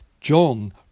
John